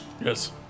Yes